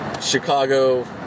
Chicago